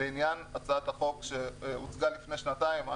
לעניין הצעת החוק שהוצגה לפני שנתיים,